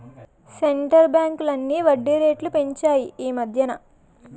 centre బ్యాంకులన్నీ వడ్డీ రేట్లు పెంచాయి ఈమధ్యన